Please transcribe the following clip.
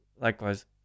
Likewise